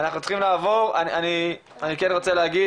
אני כן רוצה להגיד